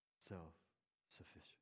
self-sufficient